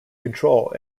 control